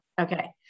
Okay